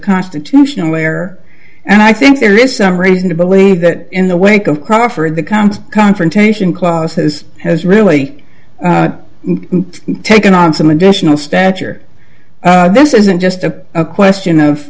constitutional where and i think there is some reason to believe that in the wake of crawford becomes confrontation causes has really taken on some additional stature this isn't just a question